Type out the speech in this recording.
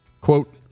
Quote